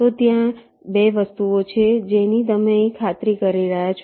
તો ત્યાં 2 વસ્તુઓ છે જેની તમે અહીં ખાતરી કરી રહ્યા છો